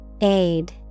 Aid